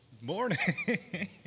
Morning